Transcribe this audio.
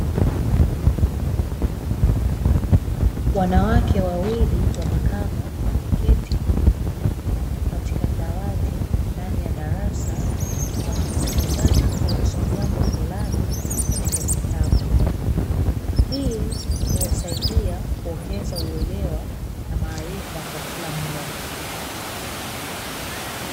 Wanawake wawili wa makamo wameketi katika dawati ndani ya darasa wakielekezana kuhusu jambo fulani katika kitabu. Hii huwasaidia kuongeza uelewa na maarifa kwa kila mmoja.